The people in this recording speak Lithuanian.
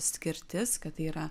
skirtis kad tai yra